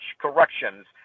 corrections